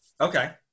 okay